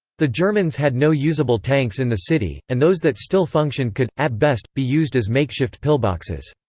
the germans had no usable tanks in the city, and those that still functioned could, at best, be used as makeshift pillboxes.